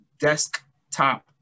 desktop